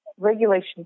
regulation